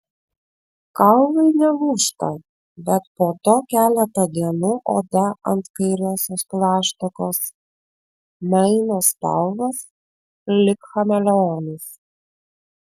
kaulai nelūžta bet po to keletą dienų oda ant kairiosios plaštakos maino spalvas lyg chameleonas